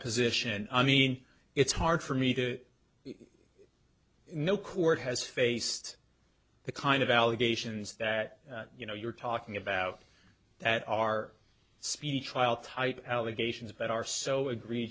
position i mean it's hard for me to no court has faced the kind of allegations that you know you're talking about that are speedy trial type allegations that are so egre